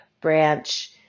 branch